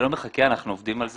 זה לא מחכה, אנחנו עובדים על זה,